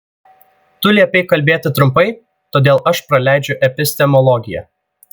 tu liepei kalbėti trumpai todėl aš praleidžiu epistemologiją